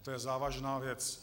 To je závažná věc.